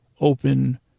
Open